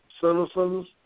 citizens